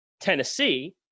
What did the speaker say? Tennessee